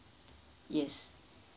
yes